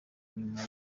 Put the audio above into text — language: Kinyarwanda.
nyuma